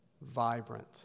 vibrant